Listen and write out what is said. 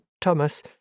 Thomas